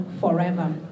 forever